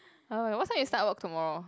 alright what time you start work tomorrow